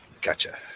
Gotcha